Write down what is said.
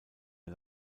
der